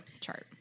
chart